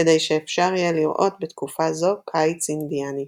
כדי שאפשר יהיה לראות בתקופה זו קיץ אינדיאני.